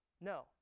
No